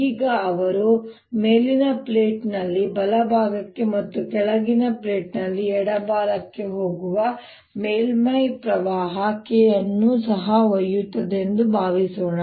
ಈಗ ಅವರು ಮೇಲಿನ ಪ್ಲೇಟ್ನಲ್ಲಿ ಬಲಭಾಗಕ್ಕೆ ಮತ್ತು ಕೆಳಗಿನ ಪ್ಲೇಟ್ ನಲ್ಲಿ ಎಡಕ್ಕೆ ಹೋಗುವ ಮೇಲ್ಮೈ ಪ್ರವಾಹ K ಅನ್ನು ಸಹ ಒಯ್ಯುತ್ತದೆ ಎಂದು ಭಾವಿಸೋಣ